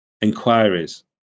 inquiries